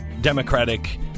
Democratic